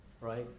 right